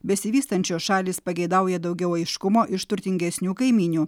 besivystančios šalys pageidauja daugiau aiškumo iš turtingesnių kaimynių